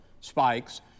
spikes